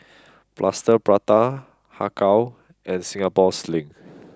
Plaster Prata Har Kow and Singapore Sling